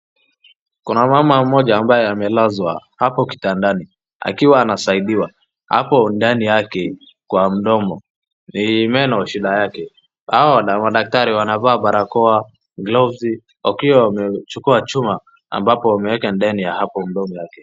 Kuna mama mmoja ambaye amelazwa hapo kitandani akiwa anasaidiwa hapo ndani yake kwa mdomo, ni meno shida yake. Hawa madaktari wanavaa barakoa, gloves wakiwa wamechukua chuma ambapo wameweka ndani ya hapo mdomo yake.